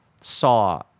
saw